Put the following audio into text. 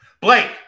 Blake